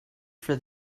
for